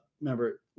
remember